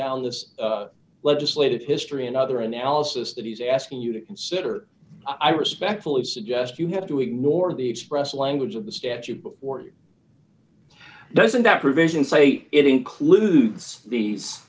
down this legislative history and other analysis that he's asking you to consider i respectfully suggest you have to ignore the expressed language of the statute before it doesn't that provision say it includes these